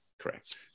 correct